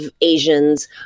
Asians